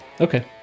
okay